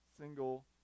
single